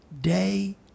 day